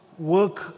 work